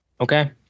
Okay